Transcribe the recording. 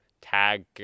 tag